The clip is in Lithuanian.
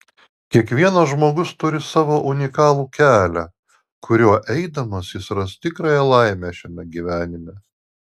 kiekvienas žmogus turi savo unikalų kelią kuriuo eidamas jis ras tikrąją laimę šiame gyvenime